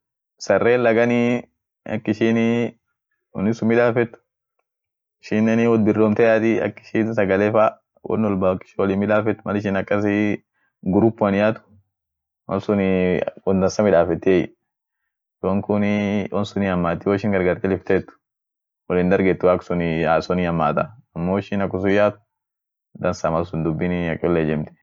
sarren laganii ak ishinii onisun midafet ishenenii wot biromte yaati ak ishin sagale fa won wolba ak ishin wolin midafet mal ishin akaasii grupuan yaat malsunii wondansa midafetiey, yonkunii won sun hihammati woishin gargar tilifteet wol hindargetu ak suni hason hihamata ammo woishin akunsun yaat dansa mal sun dubinii ak cholle ijemti.